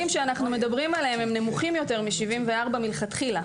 שאנו מדברים עליהם נמוכים מ-74 לכתחילה.